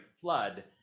Flood